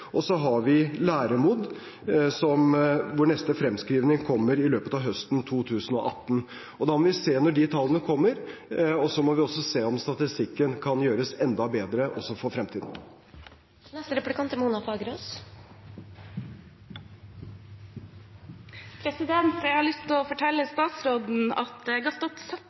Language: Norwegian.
og så har vi LÆRERMOD, hvor neste fremskrivning kommer i løpet av høsten 2018. Da må vi se når de tallene kommer, og så må vi også se om statistikken kan gjøres enda bedre for fremtiden. Jeg har lyst til å fortelle statsråden at jeg har stått